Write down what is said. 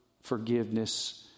forgiveness